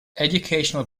educational